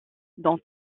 dont